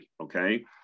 okay